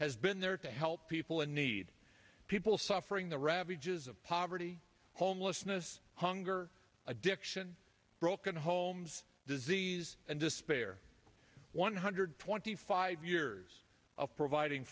has been there to help people in need people suffering the ravages of poverty homelessness hunger addiction broken homes disease and despair one hundred twenty five years of providing